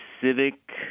civic